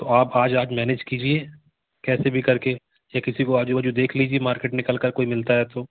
तो आप आज आप मैनेज कीजिए कैसे भी कर के या किसी को आज़ू बाज़ू देख लीजिए मार्केट निकल कर कोई मिलता है तो